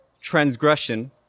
transgression